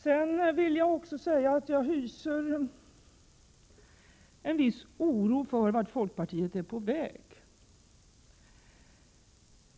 Jag hyser också en viss oro för vart folkpartiet är på väg.